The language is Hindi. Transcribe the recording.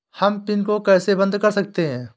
हम पिन को कैसे बंद कर सकते हैं?